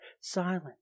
silent